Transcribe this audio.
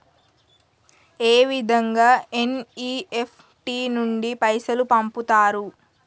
ఏ విధంగా ఎన్.ఇ.ఎఫ్.టి నుండి పైసలు పంపుతరు?